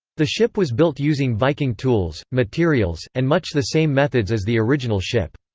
the ship was built using viking tools, materials, and much the same methods as the original ship.